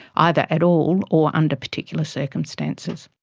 either at all, or under particular circumstances.